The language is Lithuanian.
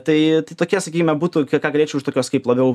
tai tai tokie sakykime būtų ką ką galėčiau iš tokios kaip labiau